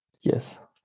yes